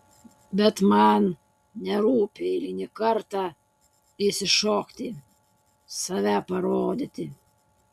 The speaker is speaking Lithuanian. bet man nerūpi eilinį kartą išsišokti save parodyti